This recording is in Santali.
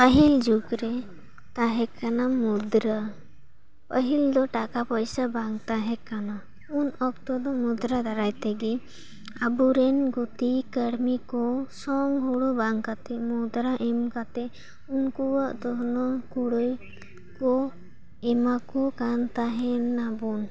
ᱯᱟᱹᱦᱤᱞ ᱡᱩᱜᱽ ᱨᱮ ᱛᱟᱦᱮᱸ ᱠᱟᱱᱟ ᱢᱩᱫᱽᱨᱟ ᱯᱟᱹᱦᱤᱞ ᱫᱚ ᱴᱟᱠᱟ ᱯᱚᱭᱥᱟ ᱵᱟᱝ ᱛᱟᱦᱮᱸ ᱠᱟᱱᱟ ᱩᱱ ᱚᱠᱛᱚ ᱫᱚ ᱢᱩᱫᱽᱨᱟ ᱫᱟᱨᱟᱭ ᱛᱮᱜᱮ ᱟᱵᱚ ᱨᱮᱱ ᱜᱩᱛᱤ ᱠᱟᱹᱲᱢᱤ ᱠᱚ ᱥᱚᱝ ᱦᱩᱲᱩ ᱵᱟᱝ ᱠᱟᱛᱮ ᱢᱩᱫᱽᱨᱟ ᱮᱢ ᱠᱟᱛᱮ ᱩᱱᱠᱩᱣᱟᱜ ᱫᱚᱦᱚᱱᱚ ᱠᱩᱲᱟᱹᱭ ᱠᱚ ᱮᱢᱟᱠᱚ ᱠᱟᱱ ᱛᱟᱦᱮᱸ ᱱᱟᱵᱚᱱ